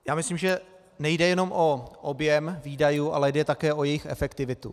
Já myslím, že nejde jenom o objem výdajů, ale jde také o jejich efektivitu.